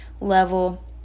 level